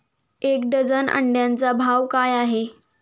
एक डझन अंड्यांचा भाव काय आहे?